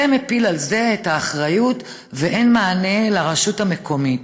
זה מפיל על זה את האחריות ואין מענה לרשות המקומית.